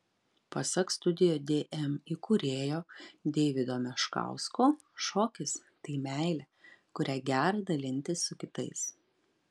pasak studio dm įkūrėjo deivido meškausko šokis tai meilė kuria gera dalintis su kitais